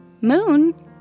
Moon